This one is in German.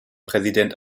präsident